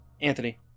Anthony